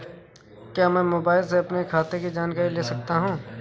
क्या मैं मोबाइल से अपने खाते की जानकारी ले सकता हूँ?